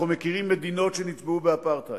אנחנו מכירים מדינות שנצבעו באפרטהייד,